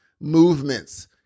movements